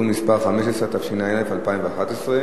בעד, 6, אין מתנגדים ואין נמנעים.